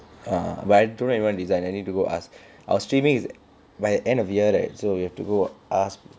ah but I don't know anyone in design I need to go ask our streaming is by the end of year right so you have to go ask